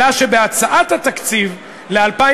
אלא שבהצעת התקציב ל-2015"